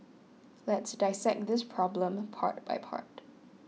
let's dissect this problem part by part